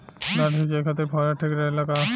धान सिंचाई खातिर फुहारा ठीक रहे ला का?